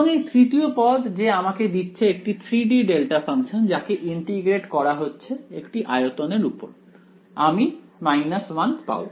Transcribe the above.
এবং এই তৃতীয় পদ যে আমাকে দিচ্ছে একটি 3 D ডেল্টা ফাংশন যাকে ইন্টিগ্রেট করা হচ্ছে একটি আয়তনের উপর আমি 1 পাব